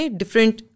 different